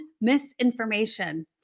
misinformation